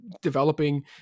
developing